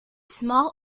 small